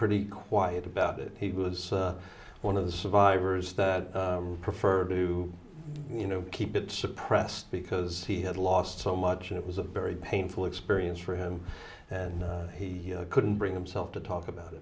pretty quiet about it he was one of the survivors that preferred to you know keep it suppressed because he had lost so much and it was a very painful experience for him and he couldn't bring himself to talk about it